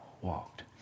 walked